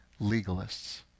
legalists